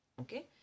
okay